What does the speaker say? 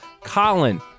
Colin